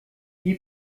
die